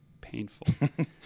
painful